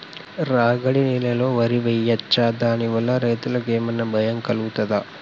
రాగడి నేలలో వరి వేయచ్చా దాని వల్ల రైతులకు ఏమన్నా భయం కలుగుతదా?